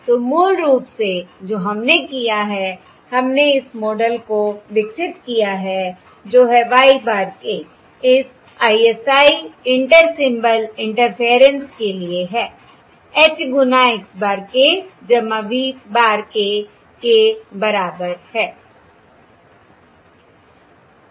तो मूल रूप से जो हमने किया है हमने इस मॉडल को विकसित किया है जो है y बार k इस ISI इंटर सिंबल इंटरफेरेंस के लिए है H गुना x bar k v bar k के बराबर है